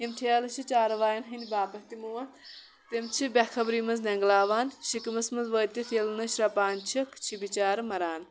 اِم ٹھیلہِ چھِ چاروایَن ہِنٛدِ باپَتھ تہِ موت تِم چھِ بٮ۪خبری منٛز نٮ۪نٛگلاوان شِکمَس منٛز وٲتِتھ ییٚلہٕ نہٕ شرٛپان چھِکھ چھِ بِچارٕ مَران